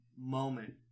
moment